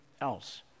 else